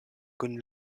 kun